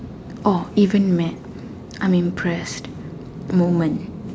oh even mad I'm impressed moment